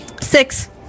Six